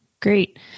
Great